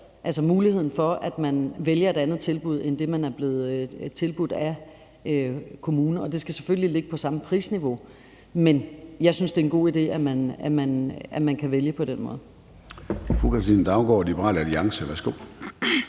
altså muligheden for, at man vælger et andet tilbud end det, man er blevet tilbudt af kommunen. Og det skal selvfølgelig ligge på samme prisniveau. Men jeg synes, det er en god idé, at man kan vælge på den måde. Kl. 10:31 Formanden (Søren Gade): Fru